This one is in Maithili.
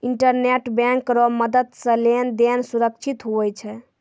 इंटरनेट बैंक रो मदद से लेन देन सुरक्षित हुवै छै